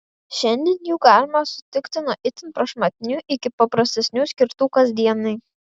šiandien jų galima sutikti nuo itin prašmatnių iki paprastesnių skirtų kasdienai